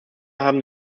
haben